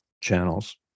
channels